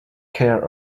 care